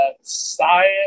science